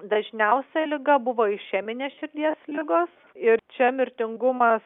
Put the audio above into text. dažniausia liga buvo išeminės širdies ligos ir čia mirtingumas